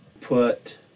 put